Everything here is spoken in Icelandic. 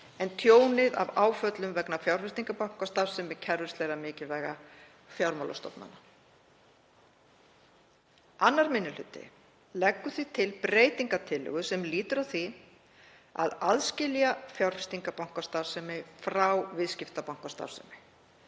en tjónið af áföllum vegna fjárfestingarbankastarfsemi kerfislega mikilvægra fjármálastofnana. Annar minni hluti leggur því til breytingartillögu sem lýtur að því að aðskilja fjárfestingarbankastarfsemi frá viðskiptabankastarfsemi.